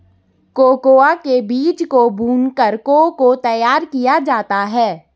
cocoa के बीज को भूनकर को को तैयार किया जाता है